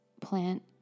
plant